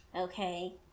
okay